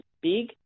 big